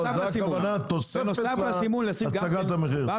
זו הכוונה, תוספת להצגת המחיר?